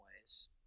ways